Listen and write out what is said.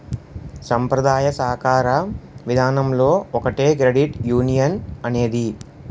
సాంప్రదాయ సాకార విధానంలో ఒకటే క్రెడిట్ యునియన్ అనేది